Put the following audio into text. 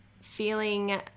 feeling